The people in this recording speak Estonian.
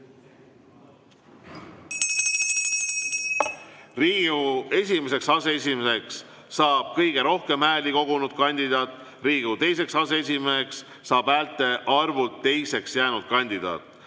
Riigikogu esimeseks aseesimeheks saab kõige rohkem hääli kogunud kandidaat. Riigikogu teiseks aseesimeheks saab häälte arvult teiseks jäänud kandidaat.